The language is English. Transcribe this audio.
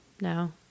No